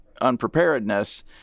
unpreparedness